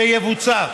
ויבוצע.